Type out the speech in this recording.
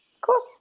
cool